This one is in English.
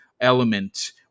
element